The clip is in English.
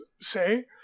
say